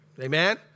Amen